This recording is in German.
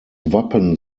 wappen